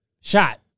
shot